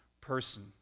person